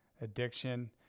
addiction